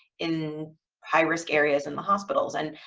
in high risk areas in the hospitals and